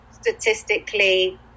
statistically